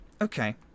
Okay